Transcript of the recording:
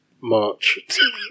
March